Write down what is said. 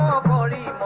authority